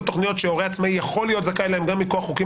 התכניות שהורה עצמאי יכול להיות זכאי להן גם מכוח חוקים